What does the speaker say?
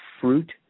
fruit